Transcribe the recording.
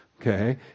Okay